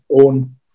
own